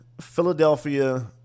Philadelphia